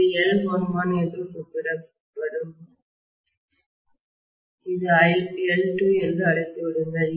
இது L11 என்று கூப்பிடட்டும் இது L12 என்று அழைத்துவிடுங்கள்